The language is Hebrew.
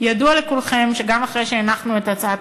ידוע לכולכם שגם אחרי שהנחנו את הצעת